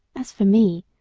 as for me,